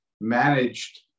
managed